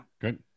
Good